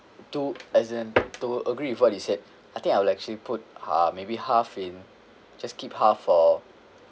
to as in to agree with what you said I think I will actually put ha~ maybe half in just keep half for